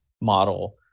model